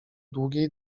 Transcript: długiej